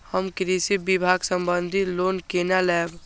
हम कृषि विभाग संबंधी लोन केना लैब?